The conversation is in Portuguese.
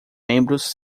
membros